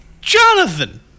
Jonathan